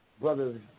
brothers